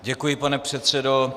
Děkuji, pane předsedo.